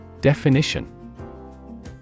Definition